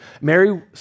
Mary